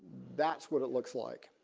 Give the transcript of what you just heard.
that's what it looks like.